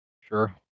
Sure